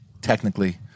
Technically